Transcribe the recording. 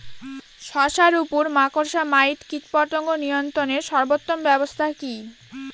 শশার উপর মাকড়সা মাইট কীটপতঙ্গ নিয়ন্ত্রণের সর্বোত্তম ব্যবস্থা কি?